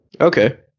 Okay